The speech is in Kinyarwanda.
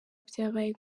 byabaye